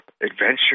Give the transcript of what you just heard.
adventure